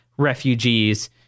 refugees